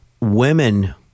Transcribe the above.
Women